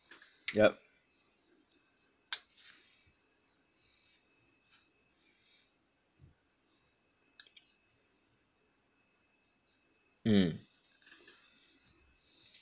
yup mm